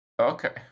Okay